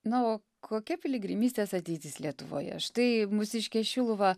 na o kokia piligrimystės ateitis lietuvoje štai mūsiškė šiluva